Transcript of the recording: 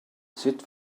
sut